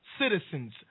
citizens